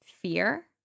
fear